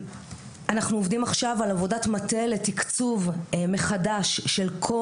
אנחנו עובדים עכשיו על עבודת מטה לתקצוב מחדש של כל